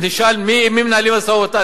נשאל עם מי מנהלים משא-ומתן,